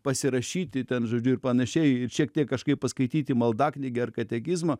pasirašyti ten žodžiu ir panašiai ir šiek tiek kažkaip paskaityti maldaknygę ar katekizmą